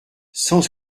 cent